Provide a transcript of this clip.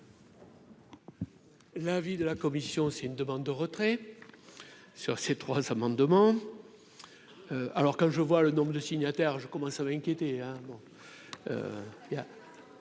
L'avis de la commission aussi une demande de retrait sur ces trois amendements, alors quand je vois le nombre de signataires, je commençais à m'inquiéter.